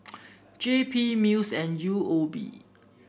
JP MUIS and U O B